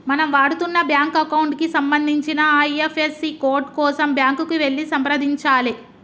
మనం వాడుతున్న bank account కి సంబంధించిన ఐ.ఎఫ్.ఎస్.సి కోడ్ కోసం బ్యాంకుకి వెళ్లి సంప్రదించాలే